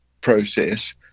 process